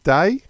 Day